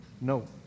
No